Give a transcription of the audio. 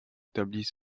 établit